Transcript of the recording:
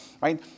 right